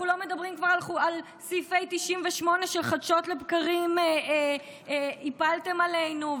אנחנו לא מדברים כבר על סעיף 98 שחדשות לבקרים הפלתם עלינו,